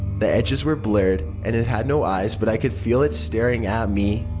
the edges were blurred and it had no eyes but i could feel it staring at me.